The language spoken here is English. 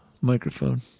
microphone